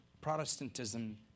Protestantism